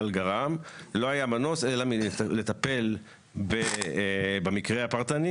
גרם לא היה מנוס אלא לטפל במקרה הפרטני